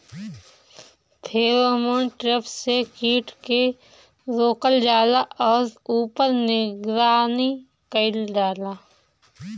Pheromone trap से कीट के रोकल जाला और ऊपर निगरानी कइल जाला?